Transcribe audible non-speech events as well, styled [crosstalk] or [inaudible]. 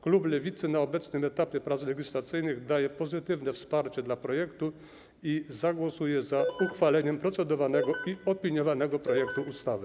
Klub Lewicy na obecnym etapie prac legislacyjnych daje pozytywne wsparcie dla projektu i zagłosuje za uchwaleniem [noise] procedowanego i opiniowanego projektu ustawy.